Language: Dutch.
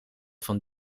van